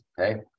okay